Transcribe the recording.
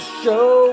show